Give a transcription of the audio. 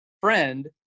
friend